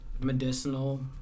medicinal